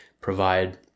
provide